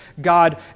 God